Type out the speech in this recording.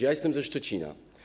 Ja jestem ze Szczecina.